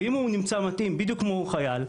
ואם הוא נמצא מתאים בדיוק כמו חייל,